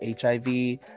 HIV